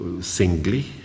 singly